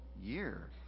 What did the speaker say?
year